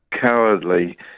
cowardly